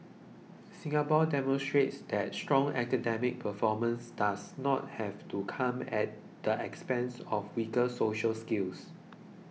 Singapore demonstrates that strong academic performance does not have to come at the expense of weaker social skills